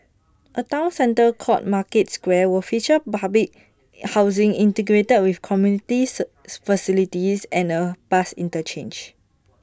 A Town centre called market square will feature public housing integrated with community facilities and A bus interchange